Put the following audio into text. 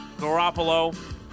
Garoppolo